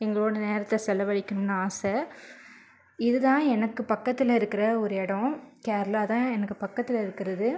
எங்களோட நேரத்தை செலவழிக்கணும்னு ஆசை இதுதான் எனக்கு பக்கத்தில் இருக்கிற ஒரு எடம் கேரளா தான் எனக்கு பக்கத்தில் இருக்கிறது